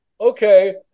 okay